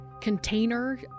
container